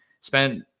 spent